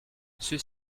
ceux